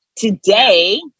today